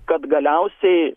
kad galiausiai